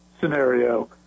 scenario